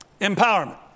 empowerment